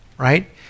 right